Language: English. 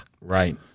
Right